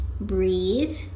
breathe